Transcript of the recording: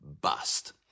bust